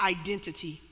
identity